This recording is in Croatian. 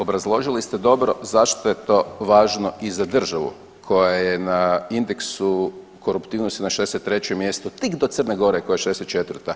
Obrazložili ste dobro zašto je to važno i za državu koja je na indeksu koruptivnosti na 63 mjestu tik do Crne Gore koja je 64.